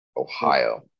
ohio